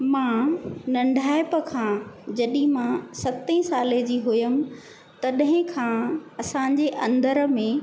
मां नंढाइप खां जॾहिं मां सतें सालें जी हुयमि तॾहिं खां असांजे अंदरि में